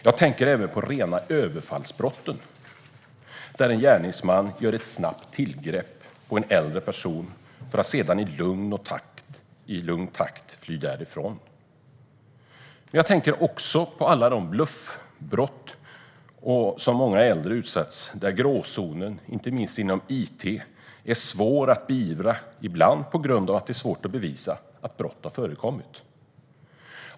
Jag tänker även på de rena överfallsbrotten, där en gärningsman gör ett snabbt tillgrepp mot en äldre person för att sedan i lugn takt fly därifrån. Jag tänker också på alla de bluffbrott som många äldre utsätts för och där gråzonen, inte minst inom it, är svår att beivra - ibland på grund av att det är svårt att bevisa att brott har förekommit.